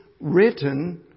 written